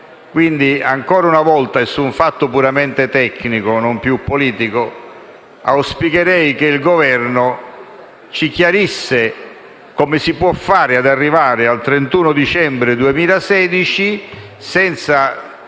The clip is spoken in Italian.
Quindi, ancora una volta e su un fatto puramente tecnico, non più politico, auspicherei che il Governo chiarisse come si può arrivare al 31 dicembre 2016 senza